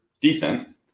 decent